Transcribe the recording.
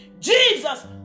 Jesus